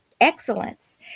excellence